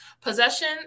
possession